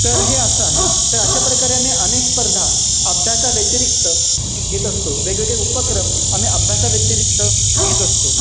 तर हे असं आहे तर अशा प्रकारे आम्ही अनेक स्पर्धा अभ्यासाव्यतिरिक्त घेत असतो वेगवेगळे उपक्रम आम्ही अभ्यासाव्यतिरिक्त घेत असतो